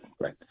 right